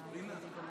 ישיב על שלוש